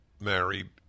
married